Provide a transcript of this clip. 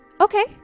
Okay